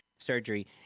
surgery